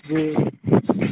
जी